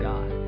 God